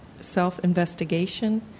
self-investigation